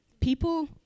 people